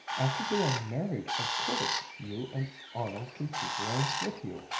after you are married of course you and arnold can keep lawrence with you.